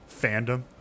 fandom